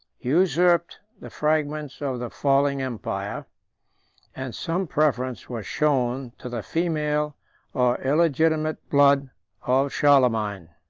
usurped the fragments of the falling empire and some preference was shown to the female or illegitimate blood of charlemagne.